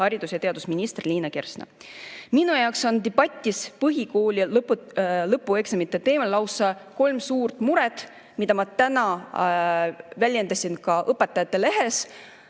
haridus‑ ja teadusminister Liina Kersna. Minu jaoks on debatis põhikooli lõpueksamite teemal lausa kolm suurt muret, mida ma täna väljendasin ka Õpetajate Lehes,